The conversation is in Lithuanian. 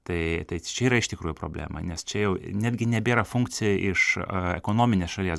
tai čia yra iš tikrųjų problema nes čia jau netgi nebėra funkcija iš a ekonominės šalies